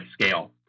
scale